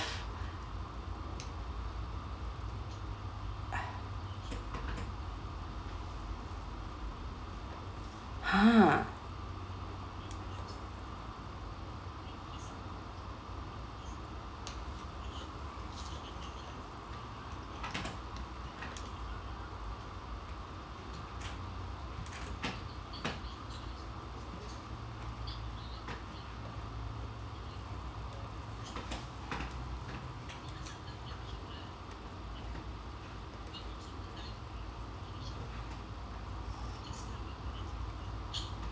!huh!